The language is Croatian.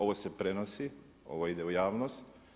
Ovo se prenosi, ovo ide u javnost.